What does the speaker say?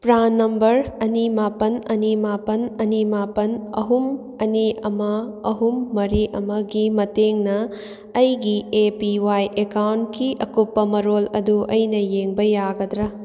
PRAN number ꯑꯅꯤ ꯃꯥꯄꯜ ꯑꯅꯤ ꯃꯥꯄꯜ ꯑꯅꯤ ꯃꯥꯄꯜ ꯑꯍꯨꯝ ꯑꯅꯤ ꯑꯃ ꯑꯍꯨꯝ ꯃꯔꯤ ꯑꯃꯒꯤ ꯃꯇꯦꯡꯅ ꯑꯩꯒꯤ ꯑꯦ ꯄꯤ ꯋꯥꯏ ꯑꯦꯀꯥꯎꯟꯒꯤ ꯑꯀꯨꯞꯄ ꯃꯔꯣꯜ ꯑꯗꯨ ꯑꯩꯅ ꯌꯦꯡꯕ ꯌꯥꯒꯗ꯭ꯔ